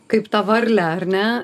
kaip tą varlę ar ne